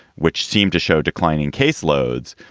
which seemed to show declining case loads.